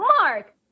Mark